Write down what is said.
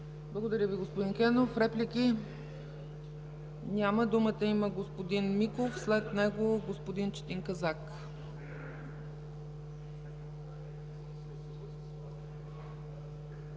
Благодаря Ви, господин Кенов. Реплики? Няма. Думата има господин Миков, след него – господин Четин Казак.